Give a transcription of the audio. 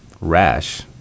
rash